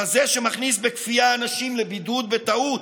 כזה שמכניס בכפייה אנשים לבידוד בטעות.